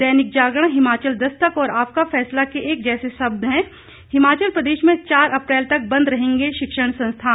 दैनिक जागरण हिमाचल दस्तक और आपका फैसला के लगभग एक से शब्द हैं हिमाचल प्रदेश में चार अप्रैल तक बंद रहेंगे शिक्षण संस्थान